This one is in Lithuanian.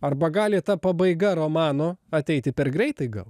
arba gali ta pabaiga romano ateiti per greitai gal